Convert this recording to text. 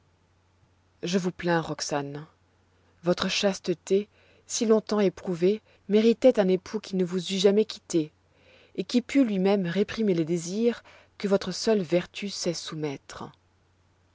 je vous plains roxane votre chasteté si longtemps éprouvée méritoit un époux qui ne vous eût jamais quittée et qui pût lui-même réprimer les désirs que votre seule vertu sait soumettre